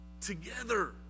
together